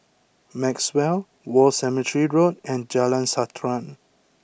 Maxwell War Cemetery Road and Jalan Srantan